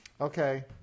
Okay